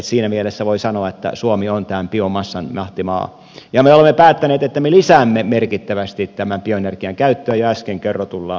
siinä mielessä voi sanoa että suomi on tämän biomassan mahtimaa ja me olemme päättäneet että me lisäämme merkittävästi tämän bioenergian käyttöä jo äsken kerrotulla tavalla